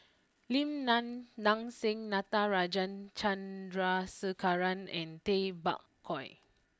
Lim Nang Seng Natarajan Chandrasekaran and Tay Bak Koi